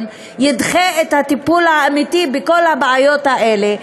ידחה את הטיפול האמיתי בכל הבעיות האלה.